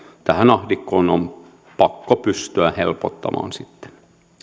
ahdinkoa sitä on pakko pystyä helpottamaan sitten